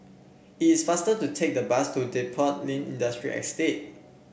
it is faster to take the bus to Depot Lane Industrial Estate